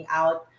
out